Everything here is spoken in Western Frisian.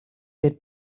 dit